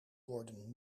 worden